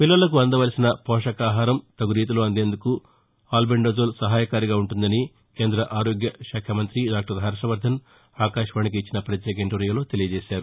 పిల్లలకు అందవలసిన పోషకాహారం తగు రీతిలో అందేందుకు అల్టెండజోల్ సహాయకారిగా ఉంటుందని కేంద్ర ఆరోగ్య శాఖ మంతి డాక్టర్ హర్షవర్దన్ ఆకాశవాణికి ఇచ్చిన ప్రత్యేక ఇంటర్వ్యూలో తెలియజేశారు